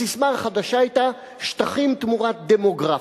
הססמה החדשה היתה "שטחים תמורת דמוגרפיה".